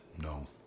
No